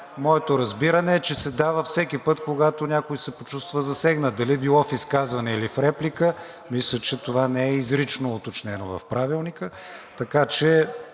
Моето разбиране е, че се дава всеки път, когато някой се почувства засегнат – било в изказване, или в реплика, мисля, че това не е изрично уточнено в Правилника, така че